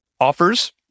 offers